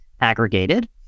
aggregated